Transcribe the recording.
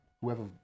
whoever